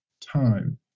time